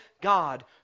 God